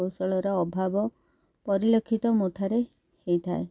କୌଶଳର ଅଭାବ ପରିଲକ୍ଷିତ ମୋଠାରେ ହେଇଥାଏ